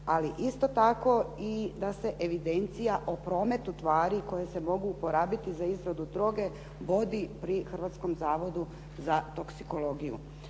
ali isto tako i da se evidencija o prometu tvari koje se mogu uporabiti za izradu droge vodi pri Hrvatskom zavodu za toksikologiju.